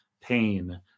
pain